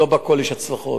לא בכול יש הצלחות.